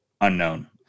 Unknown